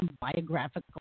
biographical